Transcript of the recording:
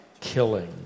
killing